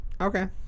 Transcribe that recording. Okay